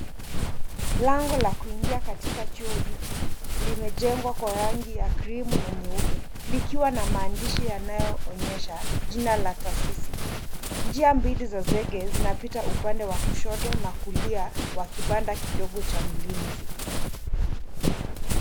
Lango la kuingia katika chuo hiki limejengwa kwa rangi ya creamu na nyeupe likiwa na maandishi yanayo onyesha jina la tasisi. Njia mbili za zege zinapita upande wa kushoto na kulia wa kibanda kidogo cha mlinzi.